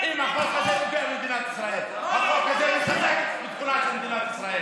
אל תהיו נשלטים על ידי מישהו שיגיד לכם: